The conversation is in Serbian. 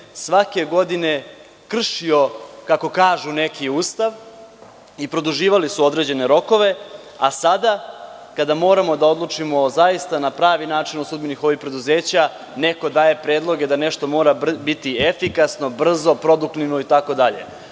svake godine kršio, kako kažu, neki Ustav i zašto su produžavani neki rokovi? Sada kada moramo da odlučimo zaista na pravi način o sudbini preduzeća neko daje predloge da nešto mora biti efikasno, brzo, produktivno itd.